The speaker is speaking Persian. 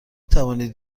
توانید